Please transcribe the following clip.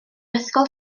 ysgol